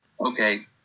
Okay